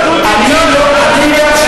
אני קורא אותך לסדר פעם ראשונה.